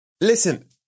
Listen